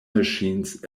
machines